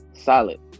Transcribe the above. solid